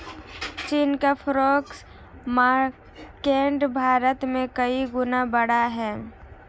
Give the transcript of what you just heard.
चीन का forex market Bharat से कई गुना बड़ा है